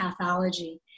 pathology